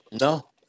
No